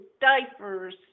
diapers